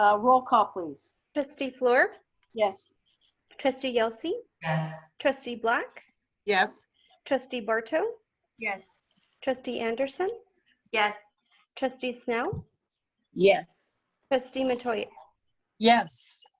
ah roll call please. trustee fluor yes trustee yelsey yes trustee black yes trustee barto yes trustee anderson yes trustee snell yes trustee metoyer yes